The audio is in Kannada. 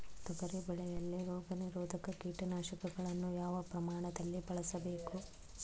ತೊಗರಿ ಬೆಳೆಯಲ್ಲಿ ರೋಗನಿರೋಧ ಕೀಟನಾಶಕಗಳನ್ನು ಯಾವ ಪ್ರಮಾಣದಲ್ಲಿ ಬಳಸಬೇಕು?